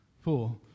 four